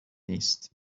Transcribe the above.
نیست